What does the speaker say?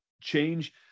change